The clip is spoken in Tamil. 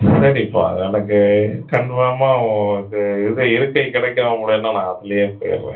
சரிப்பா எனக்கு கன்ஃபார்மாக இது இது இருக்கை கிடைக்கும் அப்படினா நான் அதுல போயிடுறேன்